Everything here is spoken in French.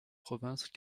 province